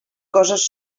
coses